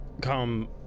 come